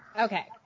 Okay